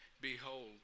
Behold